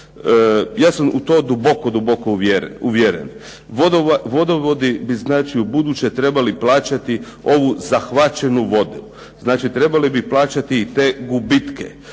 Ja sam u to duboko, duboko uvjeren. Vodovodi bi znači ubuduće trebali plaćati ovu zahvaćenu vodu. Znači trebali bi plaćati te gubitke.